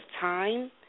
time